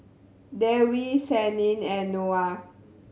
Dewi Senin and Noah